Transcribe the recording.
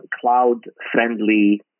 cloud-friendly